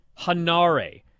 Hanare